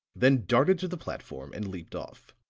then darted to the platform and leaped off.